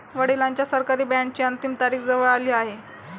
वडिलांच्या सरकारी बॉण्डची अंतिम तारीख जवळ आली आहे